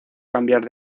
cambiar